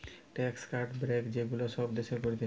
tax cut, break যে গুলা সব দেশের করতিছে